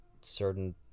certain